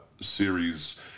series